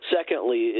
Secondly